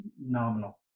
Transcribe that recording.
nominal